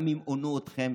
גם אם הונו אתכם,